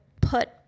put